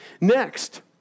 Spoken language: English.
Next